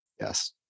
Yes